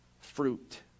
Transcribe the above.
fruit